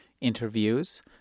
interviews